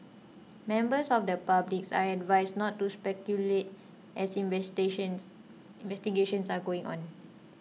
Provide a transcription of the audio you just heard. members of the public are advised not to speculate as investigations investigations are going on